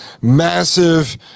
massive